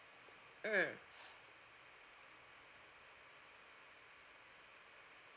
mm